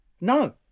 No